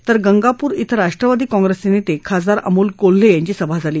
तर गंगाप्र इथं राष्ट्रवादी काँग्रेसचे नेते खासदार अमोल कोल्हे यांची सभा झाली